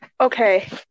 Okay